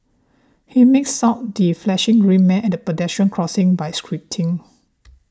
he makes out the flashing green man at pedestrian crossings by squinting